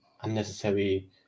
unnecessary